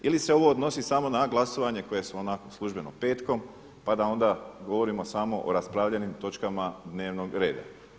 Ili se ovo odnosi samo na glasovanje koje je onako službeno petkom, pa da onda govorimo samo o raspravljenim točkama dnevnog reda.